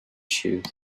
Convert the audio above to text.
shoot